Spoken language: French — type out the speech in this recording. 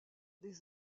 des